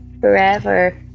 forever